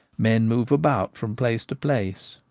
men move about from place to place,